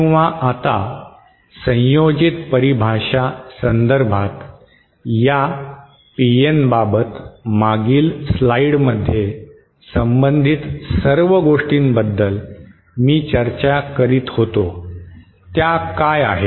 किंवा आता संयोजित परिभाषा संदर्भात या पीएनबाबत मागील स्लाइडमध्ये संबंधित सर्व गोष्टींबद्दल मी चर्चा करीत होतो त्या काय आहेत